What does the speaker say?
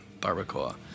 barbacoa